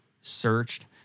searched